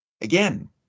again